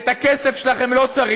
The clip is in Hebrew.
את הכסף שלכם לא צריך,